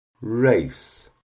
race